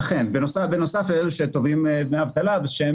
אכן, בנוסף לאלה שתובעים דמי אבטלה ושהם